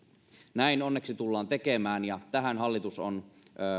näin onneksi tullaan tekemään ja tähän hallitus on